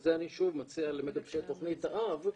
וזה אני מציע למגבשי תכנית האב,